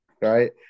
right